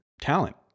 talent